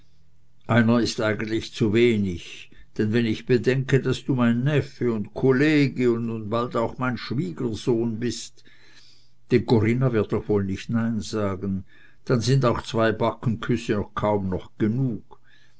einer ist eigentlich zuwenig denn wenn ich bedenke daß du mein neffe und kollege und nun bald auch mein schwiegersohn bist denn corinna wird doch wohl nicht nein sagen dann sind auch zwei backenküsse kaum noch genug